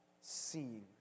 seen